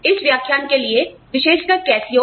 इस व्याख्यान के लिए विशेषकर कास्कीओ